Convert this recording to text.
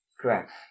Correct